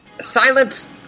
Silence